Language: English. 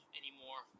anymore